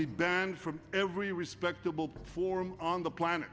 be banned from every respectable platform on the planet